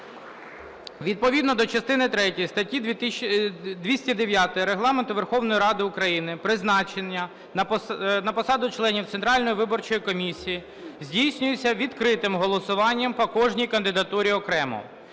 Відповідно до частини третьої статті 209 Регламенту Верховної Ради України призначення на посуду членів Центральної виборчої комісії здійснюється відкритим голосуванням по кожній кандидатурі окремо.